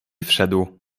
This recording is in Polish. wszedł